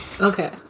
Okay